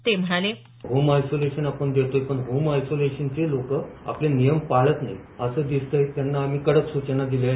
ते म्हणाले home isolation आपण देतोय पण होम आयसोलेशनचे लोकं आपले नियम पाळत नाही असे दिसतय त्यांना आम्ही कडक सूचना दिल्या आहेत